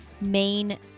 main